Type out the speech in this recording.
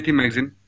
magazine